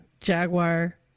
Jaguar